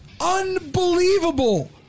Unbelievable